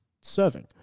serving